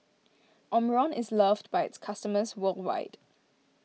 Omron is loved by its customers worldwide